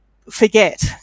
forget